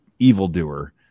evildoer